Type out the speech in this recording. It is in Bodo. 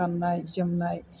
गाननाय जोमनाय